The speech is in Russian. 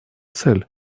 цель